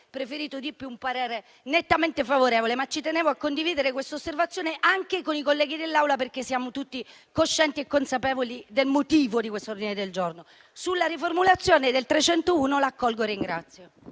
preferito un parere nettamente favorevole. Tenevo a condividere questa osservazione anche con i colleghi dell'Aula perché siamo tutti coscienti e consapevoli del motivo di questo ordine del giorno. Accolgo poi la riformulazione dell'ordine del giorno